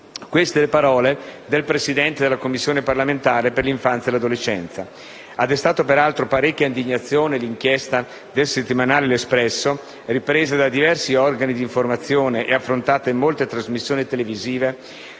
Queste le parole del Presidente della Commissione parlamentare per l'infanzia e l'adolescenza.